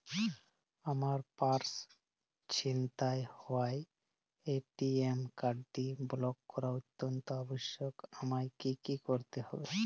আমার পার্স ছিনতাই হওয়ায় এ.টি.এম কার্ডটি ব্লক করা অত্যন্ত আবশ্যিক আমায় কী কী করতে হবে?